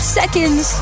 seconds